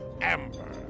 Amber